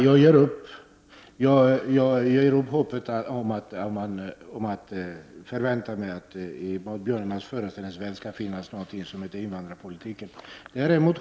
Herr talman! Jag ger upp hoppet om att det i Maud Björnemalms föreställningsvärld skall finnas någonting som heter invandrarpolitik.